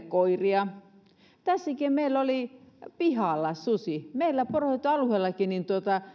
koiria meillä oli pihalla susi meillä poronhoitoalueellakin